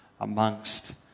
amongst